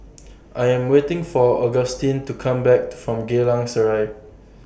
I Am waiting For Augustine to Come Back from Geylang Serai